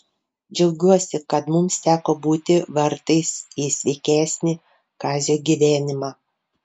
džiaugiuosi kad mums teko būti vartais į sveikesnį kazio gyvenimą